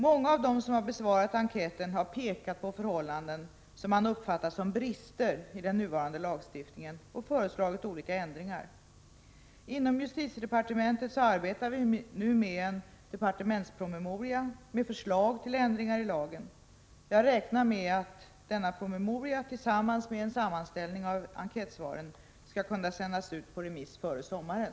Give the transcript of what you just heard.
Många av dem som besvarat enkäten har pekat på förhållanden som man uppfattar som brister i den nuvarande lagstiftningen och föreslagit olika ändringar. Inom justitiedepartementet arbetar vi nu med en departementspromemoria med förslag till ändringar i lagen. Jag räknar med att denna promemoria, tillsammans med en sammanställning av enkätsvaren, skall kunna sändas på remiss före sommaren.